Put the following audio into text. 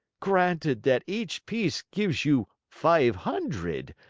granted that each piece gives you five hundred,